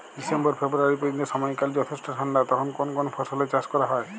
December February পর্যন্ত সময়কাল যথেষ্ট ঠান্ডা তখন কোন কোন ফসলের চাষ করা হয়?